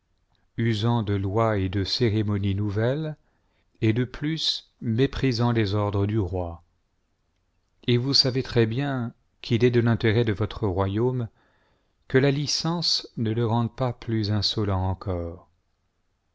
usant de lois et de cérémonies nouvelles et de plus méprisant les ordres du roi et vous savez très bien qu'il est de l'intérêt de votre royaume que la licence ne le rende pas plus insolent encore